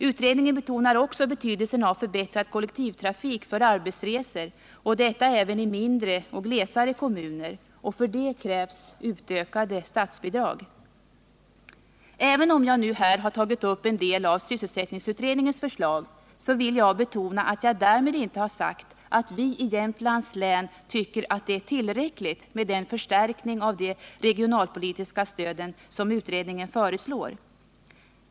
Utredningen betonar också betydelsen av förbättrad kollektivtrafik för arbetsresor även i mindre kommuner och kommuner med mer gles befolkning, och därför krävs utökade statsbidrag. Även om jag tagit upp en del av sysselsättningsutredningens förslag vill jag betona att jag därmed inte har sagt att vi i Jämtlands län tycker att det är tillräckligt med den förstärkning av de regionalpolitiska stöden som utredningen föreslår.